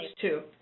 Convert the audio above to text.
two